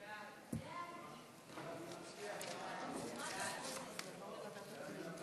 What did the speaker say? ההצעה להעביר